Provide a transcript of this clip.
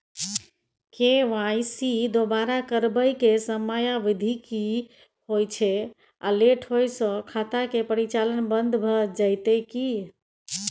KYC दोबारा करबै के समयावधि की होय छै आ लेट होय स खाता के परिचालन बन्द भ जेतै की?